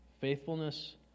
Faithfulness